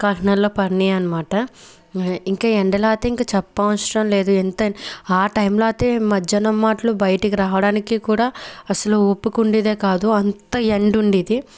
కాకినాడలో పడినాయి అన్నమాట ఇంకా ఎండలాతే ఇంకా చెప్పనవసరం లేదు ఎంత ఆ టైమ్లో అయితే మధ్యాన్నం మాట్లు బయటకి రావడానికి కూడా అసలు ఒప్పుకునేదే కాదు అంత ఎండుండేది